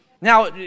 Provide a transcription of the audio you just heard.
Now